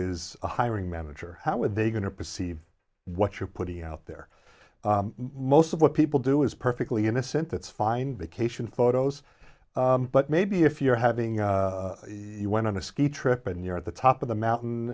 a hiring manager how are they going to perceive what you're putting out there most of what people do is perfectly innocent that's fine because photos but maybe if you're having a you went on a ski trip and you're at the top of the mountain